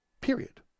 period